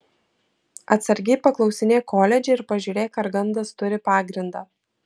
atsargiai paklausinėk koledže ir pažiūrėk ar gandas turi pagrindą